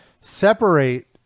separate